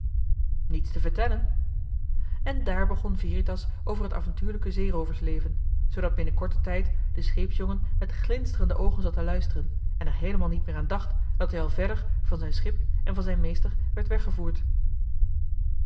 niets te vertellen en daar begon veritas over het avontuurlijke zeerooversleven zoodat binnen korten tijd de scheepsjongen met glinsterende oogen zat te luisteren en er heelemaal niet meer aan dacht dat hij al verder van zijn schip en van zijn meester werd weggevoerd